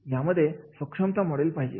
यामध्ये सक्षमता मॉडेल पाहिजे